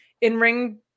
in-ring